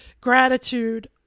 gratitude